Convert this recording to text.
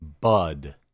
bud